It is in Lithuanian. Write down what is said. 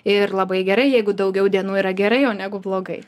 ir labai gerai jeigu daugiau dienų yra gerai o negu blogai